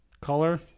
color